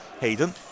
Hayden